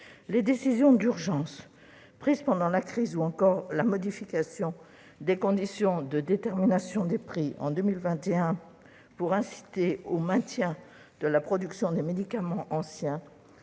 aux décisions d'urgence prises pendant la crise ou encore à la modification des conditions de détermination des prix en 2021 pour inciter au maintien de la production des médicaments anciens.